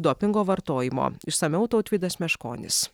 dopingo vartojimo išsamiau tautvydas meškonis